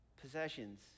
possessions